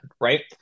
right